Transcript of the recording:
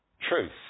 truth